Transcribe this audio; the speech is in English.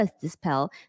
dispel